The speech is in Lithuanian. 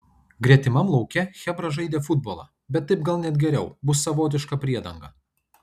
gretimam lauke chebra žaidė futbolą bet taip gal net geriau bus savotiška priedanga